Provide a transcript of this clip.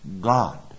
God